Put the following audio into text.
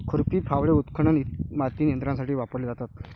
खुरपी, फावडे, उत्खनन इ माती नियंत्रणासाठी वापरले जातात